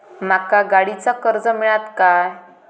माका गाडीचा कर्ज मिळात काय?